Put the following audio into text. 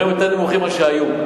הם יותר נמוכים מאשר היו.